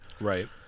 Right